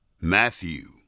Matthew